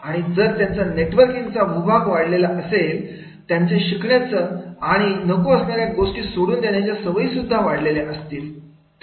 आणि जर त्यांचा नेटवर्किंगचा मुलगा वाढलेला असेल तर त्यांच्या शिकण्याच्या आणि आणि नको असणाऱ्या गोष्टी सोडून देण्याच्या सवयी सुद्धा वाढले असतील